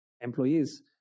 employees